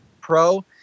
pro